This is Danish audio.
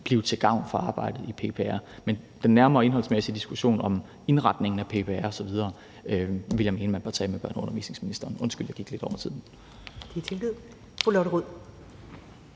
blive til gavn for arbejdet i PPR. Men den nærmere indholdsmæssige diskussion om indretningen af PPR osv. vil jeg mene man bør tage med børne- og undervisningsministeren. Undskyld, jeg gik lidt over tiden.